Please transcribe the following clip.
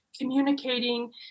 communicating